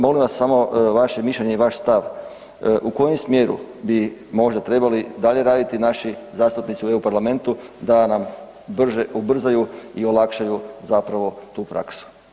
Molim vas samo vaše mišljenje i vaš stav u kojem smjeru bi možda trebali dalje raditi naši zastupnici u EU parlamentu da nam ubrzaju i olakšaju zapravo tu praksu.